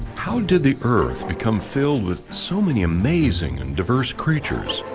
how did the earth become filled with so many amazing and diverse creatures?